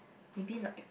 maybe like